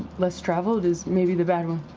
less traveled is maybe the bad one,